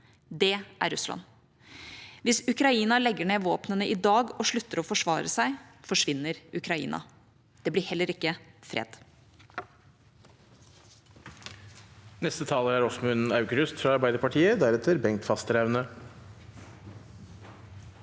Det er Russland. Hvis Ukraina legger ned våpnene i dag og slutter å forsvare seg, forsvinner Ukraina. Det blir heller ikke fred.